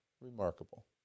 remarkable